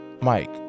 Mike